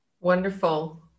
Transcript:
Wonderful